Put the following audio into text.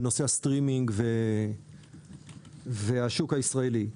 בנושא הסטרימינג והשוק הישראלי.